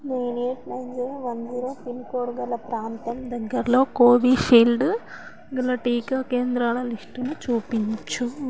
nine eight nine zero one zero pin code గల ప్రాంతం దగ్గరలో కోవిషీల్డ్ గల టీకా కేంద్రాల లిస్టుని చూపించు